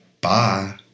Bye